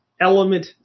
element